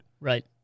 Right